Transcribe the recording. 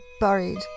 buried